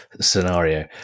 scenario